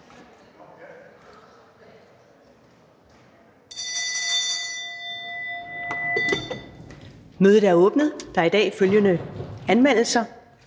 Mødet er åbnet. Der er i dag følgende anmeldelser: